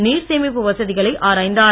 நீர் சேமிப்பு வசதிகளை ஆராய்ந்தார்